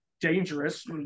dangerous